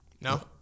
No